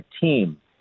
team